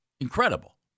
incredible